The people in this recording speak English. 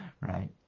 right